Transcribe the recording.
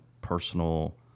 personal